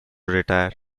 retire